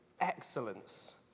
excellence